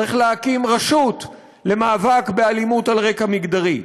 צריך להקים רשות למאבק באלימות על רקע מגדרי.